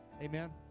Amen